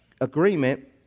Agreement